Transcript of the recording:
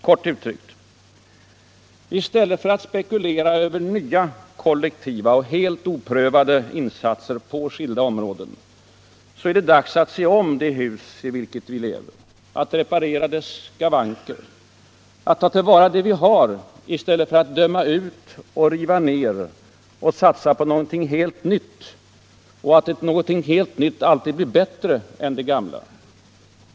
Kort uttryckt: I stället för att spekulera över nya kollektiva och helt oprövade insatser på skilda områden är det dags att se om det hus i vilket vi lever, att reparera dess skavanker, att ta till vara det vi har i stället för att döma ut och riva ner och satsa på att något helt nytt alltid blir bättre än det gamla.